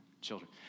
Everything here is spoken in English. children